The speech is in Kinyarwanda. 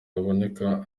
haboneka